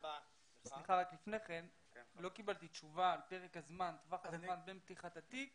לא קיבלתי תשובה על טווח הזמן בין פתיחת התיק